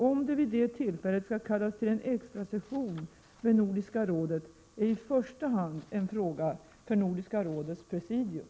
Om det vid det tillfället skall kallas till en extrasession med Nordiska rådet är i första hand en fråga för Nordiska rådets presidium.